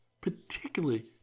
particularly